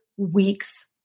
weeks